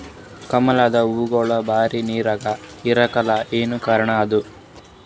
ಕಮಲದ ಹೂವಾಗೋಳ ಬರೀ ನೀರಾಗ ಇರಲಾಕ ಏನ ಕಾರಣ ಅದಾ?